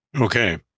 Okay